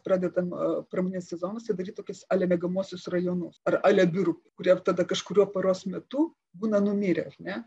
pradedama pramoninėse zonose daryti tokius ale miegamuosius rajonus ar ale biurų kurie tada kažkuriuo paros metu būna numirę ar ne